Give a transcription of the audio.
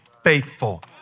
faithful